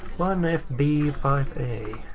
one f b five a.